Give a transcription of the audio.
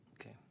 Okay